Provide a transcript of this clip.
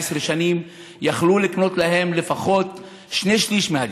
שנים יכלו להקנות להם לפחות שני שלישים מהדירה.